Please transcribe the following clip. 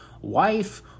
wife